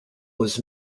was